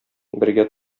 бергә